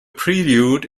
prelude